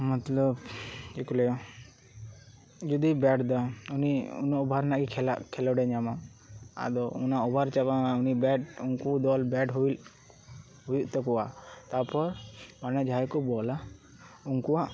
ᱢᱚᱛᱞᱚᱵ ᱪᱮᱫ ᱠᱚ ᱞᱟᱹᱭᱟ ᱡᱩᱫᱤᱭ ᱵᱮᱴᱮᱫᱟ ᱩᱱᱤ ᱩᱱᱟᱹᱜ ᱳᱵᱷᱟᱨ ᱨᱮᱱᱟᱜ ᱠᱷᱮᱞᱟ ᱠᱷᱮᱞᱳᱰᱮ ᱧᱟᱢᱟ ᱟᱫᱚ ᱚᱱᱟ ᱳᱵᱷᱟᱨ ᱪᱟᱵᱟ ᱩᱱᱤ ᱵᱮᱴ ᱩᱱᱠᱩ ᱫᱚᱞ ᱵᱮᱴ ᱦᱩᱭ ᱦᱩᱭᱩᱜ ᱛᱟᱠᱚᱭᱟ ᱛᱟᱯᱚᱨ ᱢᱟᱱᱮ ᱡᱟᱦᱟᱸᱭ ᱠᱚ ᱵᱚᱞᱟ ᱩᱱᱠᱩᱣᱟᱜ